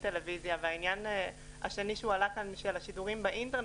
טלוויזיה והעניין השני שהועלה כאן של השידורים באינטרנט